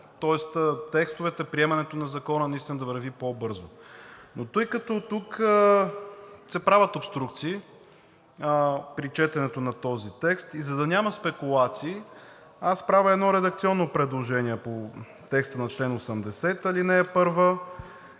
тоест текстовете, приемането на закона наистина да върви по-бързо. Но тъй като тук се правят обструкции при четенето на този текст и за да няма спекулации, аз правя едно редакционно предложение по текста на чл. 80, ал. 1: след съюза